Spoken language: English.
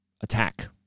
attack